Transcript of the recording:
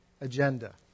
agenda